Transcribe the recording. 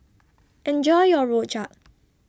Enjoy your Rojak